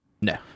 No